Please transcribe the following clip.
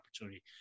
opportunity